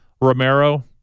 Romero